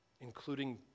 including